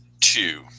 two